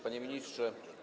Panie Ministrze!